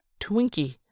Twinky